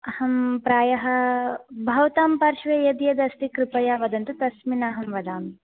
अहं प्रायः भवतां पार्श्वे यद्यदस्ति कृपया वदन्तु तस्मिन्नहं वदामि